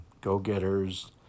go-getters